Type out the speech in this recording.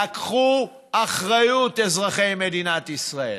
לקחו אחריות, אזרחי מדינת ישראל,